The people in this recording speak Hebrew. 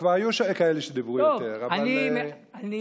כבר היו כאלה שדיברו יותר, אבל תסיים.